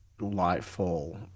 Lightfall